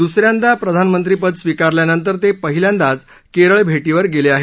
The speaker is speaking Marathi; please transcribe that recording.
दुस यांदा प्रधानमंत्रीपद स्वीकारल्यानंतर ते पहिल्यांदाच केरळ भेटीवर गेले आहेत